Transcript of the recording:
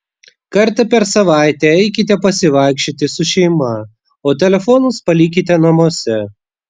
kartą per savaitę eikite pasivaikščioti su šeima o telefonus palikite namuose